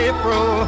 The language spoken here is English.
April